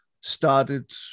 started